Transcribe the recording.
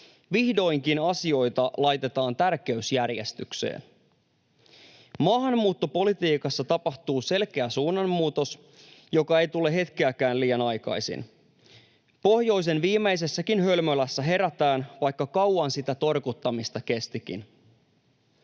Vihdoinkin asioita laitetaan tär-keysjärjestykseen. Maahanmuuttopolitiikassa tapahtuu selkeä suunnanmuutos, joka ei tule hetkeäkään liian aikaisin. Pohjoisen viimeisessäkin hölmölässä herätään, vaikka kauan sitä torkuttamista kestikin.